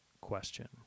question